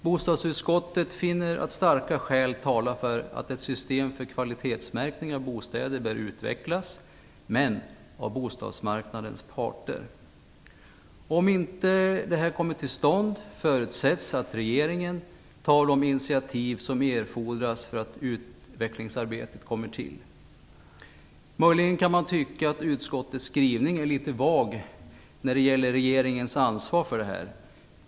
Bostadsutskottet finner att starka skäl talar för att ett system för kvalitetsmärkning av bostäder bör utvecklas, men av bostadsmarknadens parter. Om detta inte kommer till stånd, förutsätts det att regeringen tar de initiativ som erfordras för att utvecklingsarbetet kommer till. Möjligen kan man tycka att utskottets skrivning är litet vag när det gäller regeringens ansvar för det här.